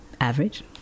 average